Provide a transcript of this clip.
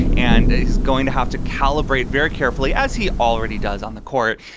and he's going to have to calibrate very carefully, as he already does on the court.